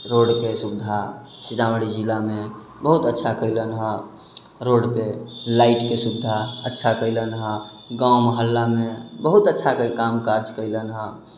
रोडके सुविधा सीतामढ़ी जिलामे बहुत अच्छा कयलन हेँ रोडपर लाइटके सुविधा अच्छा कयलनि हेँ गाँव मोहल्लामे बहुत अच्छा काम काज कयलनि हेँ